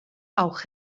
auch